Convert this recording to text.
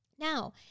Now